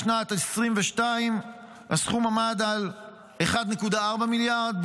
בשנת 2022 הסכום עמד על 1.4 מיליארד,